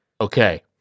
Okay